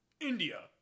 India